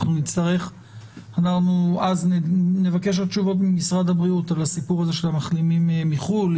אנחנו נבקש עוד תשובות ממשרד הבריאות על הסיפור של המחלימים מחו"ל.